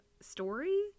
story